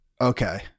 okay